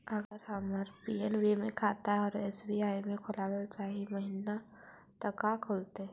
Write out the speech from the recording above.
अगर हमर पी.एन.बी मे खाता है और एस.बी.आई में खोलाबल चाह महिना त का खुलतै?